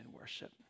worship